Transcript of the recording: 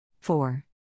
four